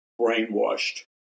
brainwashed